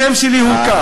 השם שלי הוא כך.